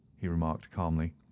he remarked, calmly.